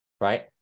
Right